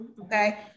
okay